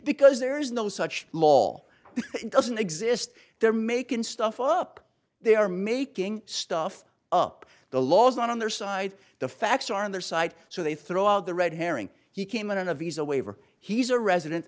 because there is no such law doesn't exist they're making stuff up they are making stuff up the law is not on their side the facts are on their side so they throw out the red herring he came in on a visa waiver he's a resident